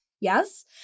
Yes